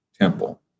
temple